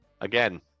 again